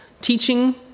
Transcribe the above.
teaching